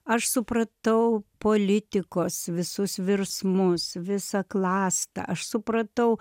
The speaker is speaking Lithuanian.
aš supratau politikos visus virsmus visą klastą aš supratau